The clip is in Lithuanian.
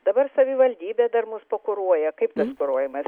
dabar savivaldybė dar mus pakuruoja kaip tas kuruojamas